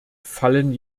fallen